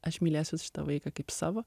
aš mylėsiu šitą vaiką kaip savo